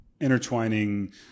intertwining